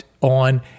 on